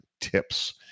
tips